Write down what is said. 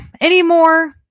anymore